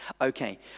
Okay